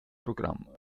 programm